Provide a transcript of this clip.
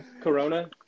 corona